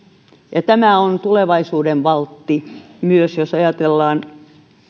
ja tämä on tulevaisuuden valtti myös jos ajatellaan